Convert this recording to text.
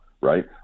Right